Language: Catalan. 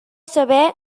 saber